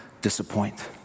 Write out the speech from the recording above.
disappoint